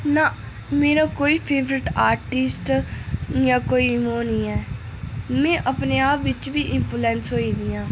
नां मेरा कोई फेबरट आर्टिस्ट जां कोई ओह् नेईं ऐ में अपने आप बिच बी इनफुलंस होई दी आं